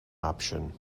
option